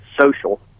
social